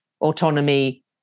autonomy